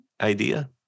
idea